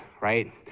right